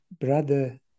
brother